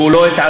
והוא לא התערב,